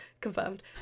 Confirmed